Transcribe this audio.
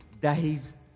days